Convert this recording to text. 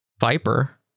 Viper